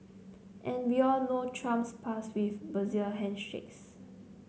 and we all know Trump's past with bizarre handshakes